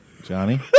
Johnny